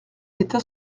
état